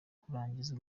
kurangiza